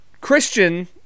Christian